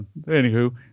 Anywho